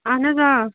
اہن حظ آ